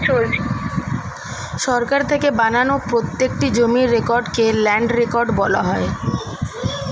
সরকার থেকে বানানো প্রত্যেকটি জমির রেকর্ডকে ল্যান্ড রেকর্ড বলা হয়